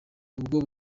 ubwo